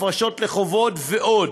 הפרשות לחובות ועוד.